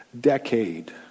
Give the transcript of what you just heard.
decade